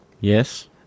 Yes